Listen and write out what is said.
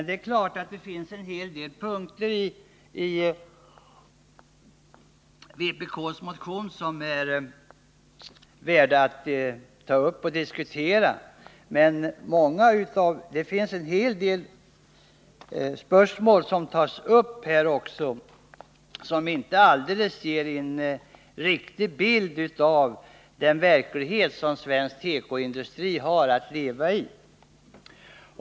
Det är klart att det finns en hel del punkter i vpk:s motion som är värda att ta upp och diskutera. Men det finns också en hel del punkter som inte ger en alldeles riktig bild av den verklighet som svensk tekoindustri har att leva i.